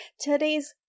Today's